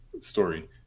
story